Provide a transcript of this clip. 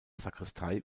sakristei